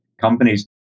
companies